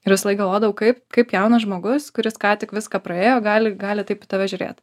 ir visąlaik galvodavau kaip kaip jaunas žmogus kuris ką tik viską praėjo gali gali taip į tave žiūrėt